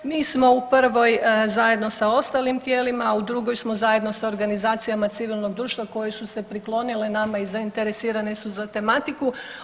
Mi smo u prvoj zajedno sa ostalim tijelima, a u drugom smo zajedno sa organizacijama civilnog društva koje su se priklonile nama i zainteresirane su za tematiku.